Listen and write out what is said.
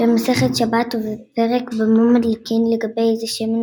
במסכת שבת בפרק במה מדליקין לגבי איזה שמן